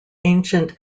ancient